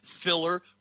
filler